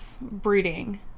breeding